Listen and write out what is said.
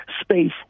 space